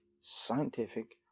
scientific